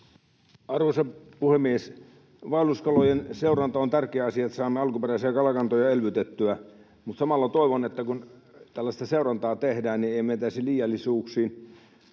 Arvoisa puhemies! Vaelluskalojen seuranta on tärkeä asia, jotta saamme alkuperäisiä kalakantoja elvytettyä, mutta samalla toivon, että kun tällaista seurantaa tehdään, niin ei mentäisi liiallisuuksiin.